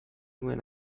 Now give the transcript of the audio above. when